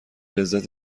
لذت